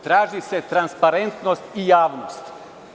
Traži se transparentnost i javnost.